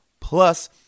plus